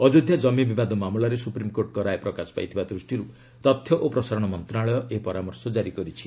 ଅଯୋଧ୍ୟା ଜମି ବିବାଦ ମାମଲାରେ ସୁପ୍ରିମ୍କୋର୍ଟଙ୍କ ରାୟ ପ୍ରକାଶ ପାଇଥିବା ଦୃଷ୍ଟିରୁ ତଥ୍ୟ ଓ ପ୍ରସାରଣ ମନ୍ତ୍ରଣାଳୟ ଏହି ପରାମର୍ଶ କାରି କରିଛି